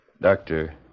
Doctor